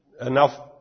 enough